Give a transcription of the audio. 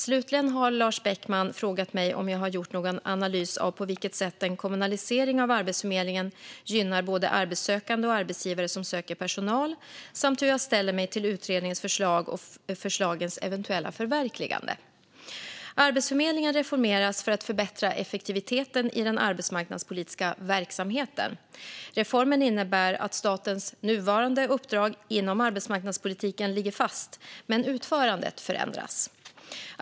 Slutligen har Lars Beckman frågat mig om jag har gjort någon analys av på vilket sätt en kommunalisering av Arbetsförmedlingen gynnar både arbetssökande och arbetsgivare som söker personal samt hur jag ställer mig till utredningens förslag och förslagens eventuella förverkligande. Arbetsförmedlingen reformeras för att förbättra effektiviteten i den arbetsmarknadspolitiska verksamheten. Reformen innebär att statens nuvarande uppdrag inom arbetsmarknadspolitiken ligger fast, men utförandet förändras.